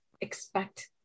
expect